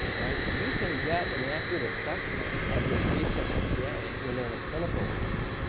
right? you can get an accurate assessment of your patient today when they're in a clinical range,